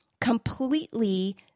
completely